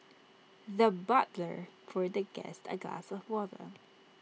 the butler poured the guest A glass of water